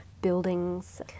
buildings